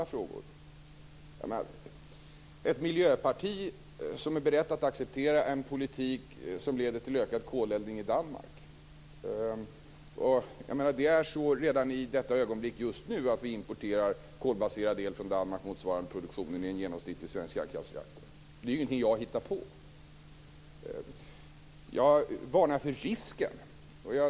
Vi har här ett miljöparti som är berett att acceptera en politik som leder till ökad koleldning i Danmark. Vi importerar redan i detta ögonblick kolbaserad el från Danmark motsvarande produktionen i en genomsnittlig svensk kärnkraftsreaktor. Det är inte någonting som jag hittar på. Jag vill här varna för en risk.